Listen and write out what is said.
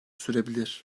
sürebilir